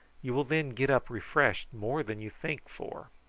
you will then get up refreshed more than you think for.